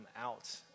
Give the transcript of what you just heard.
out